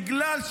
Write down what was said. חלשים מאוד.